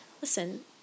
listen